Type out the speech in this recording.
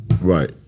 Right